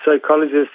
psychologist